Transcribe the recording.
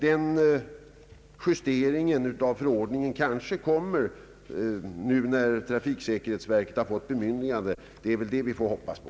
Den justeringen av förordningen kanske kommer nu när trafiksäkerhetsverket har fått bemyndigande. Det får vi väl hoppas på.